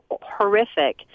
horrific